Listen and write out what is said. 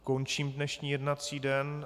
Končím dnešní jednací den.